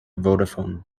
vodafone